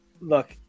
look